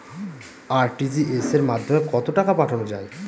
RTGS এর মাধ্যমে কত টাকা পাঠানো যায়?